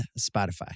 Spotify